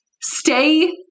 stay